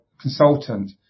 consultant